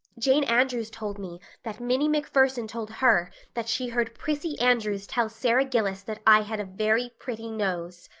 jane andrews told me that minnie macpherson told her that she heard prissy andrews tell sara gillis that i had a very pretty nose.